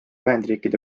ühendriikide